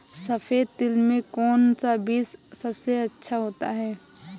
सफेद तिल में कौन सा बीज सबसे अच्छा होता है?